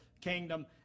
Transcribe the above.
kingdom